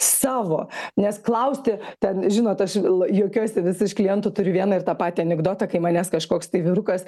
savo nes klausti ten žinot aš juokiuosi vis iš klientų turiu vieną ir tą patį anekdotą kai manęs kažkoks vyrukas